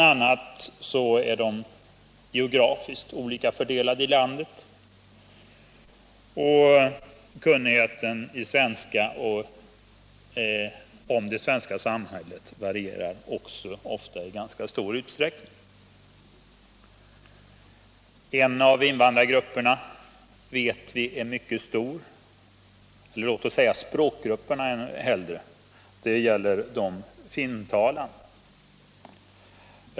a. är de geografiskt olika fördelade i landet, och kunnigheten i svenska och om det svenska samhället varierar ofta i ganska stor utsträckning. En av invandrargrupperna, eller låt oss hellre säga språkgrupperna, är som vi vet mycket stor, nämligen de finsktalande.